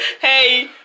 hey